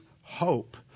hope